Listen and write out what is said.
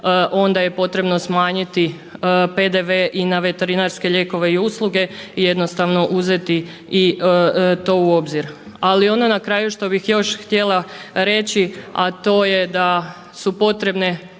onda je potrebno smanjiti PDV i na veterinarske lijekove i usluge i jednostavno uzeti i to u obzir. Ali ono na kraju što bih još htjela reći, a to je da su potrebne